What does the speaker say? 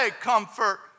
comfort